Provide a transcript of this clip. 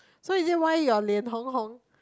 so is it why you are 脸红红